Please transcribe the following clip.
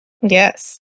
Yes